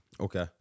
Okay